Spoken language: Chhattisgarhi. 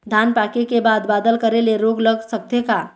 धान पाके के बाद बादल करे ले रोग लग सकथे का?